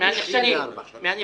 מהנכשלים, מהנכשלים.